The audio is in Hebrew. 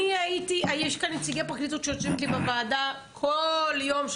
יש כאן נציגי פרקליטות שיושבים איתי בוועדה כל יום,